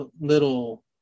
little